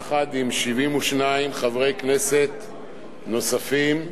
יחד עם 72 חברי כנסת נוספים.